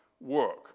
work